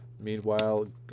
Meanwhile